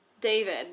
David